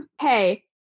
hey